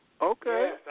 Okay